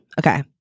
Okay